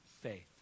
faith